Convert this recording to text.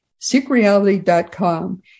seekreality.com